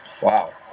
wow